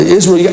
Israel